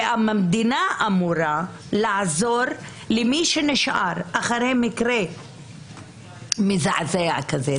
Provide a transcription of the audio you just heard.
והמדינה אמורה לעזור למי שנשאר אחרי מקרה מזעזע כזה,